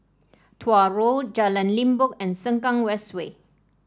Tuah Road Jalan Limbok and Sengkang West Way